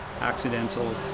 accidental